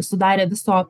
sudarė viso